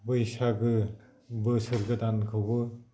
बैसागो बोसोर गोदानखौबो